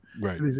Right